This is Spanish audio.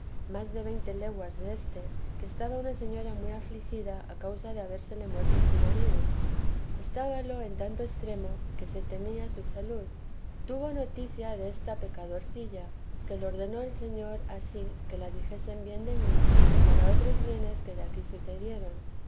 más de veinte leguas deste que estaba una señora muy afligida a causa de habérsele muerto su marido estábalo en tanto extremo que se temía su salud tuvo noticia desta pecadorcilla que lo ordenó el señor ansí que le dijesen bien de mí para otros bienes que de aquí sucedieron